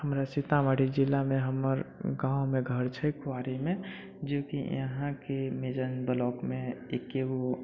हमर सीतामढ़ी जिलामे हमर गाँवमे घर छै कुआरिमे जेकि यहाँके मेजरगंज ब्लॉकमे एगो